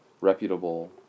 reputable